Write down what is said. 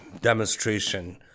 demonstration